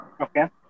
Okay